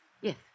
yes